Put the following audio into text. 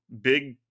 big